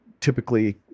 typically